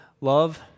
love